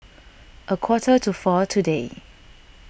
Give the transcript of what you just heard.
a quarter to four today